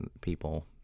people